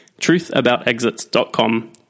truthaboutexits.com